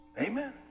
Amen